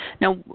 Now